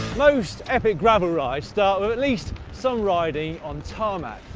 most epic gravel rides start with at least some riding on tarmac,